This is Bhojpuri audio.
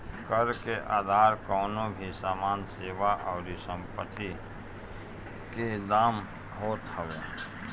कर के आधार कवनो भी सामान, सेवा अउरी संपत्ति के दाम होत हवे